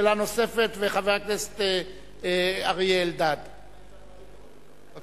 שאלה נוספת, וחבר הכנסת אריה אלדד, בבקשה.